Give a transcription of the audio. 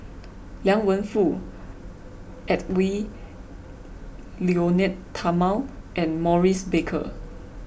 Liang Wenfu Edwy Lyonet Talma and Maurice Baker